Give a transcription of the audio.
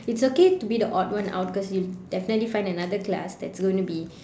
it's okay to be the odd one out because you'll definitely find another class that's gonna be